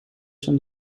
zijn